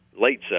late